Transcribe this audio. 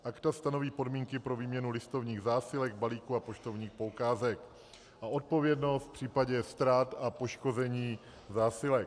Akta stanoví podmínky pro výměnu listovních zásilek, balíků a poštovních poukázek a odpovědnost v případě ztrát a poškození zásilek.